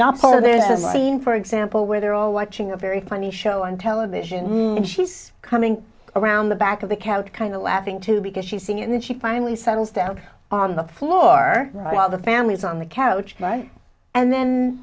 not part of them i mean for example where they're all watching a very funny show on television and she's coming around the back of the couch kind of laughing too because she's singing and she finally settles down on the floor while the family's on the couch right and then